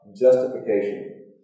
justification